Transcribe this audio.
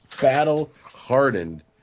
battle-hardened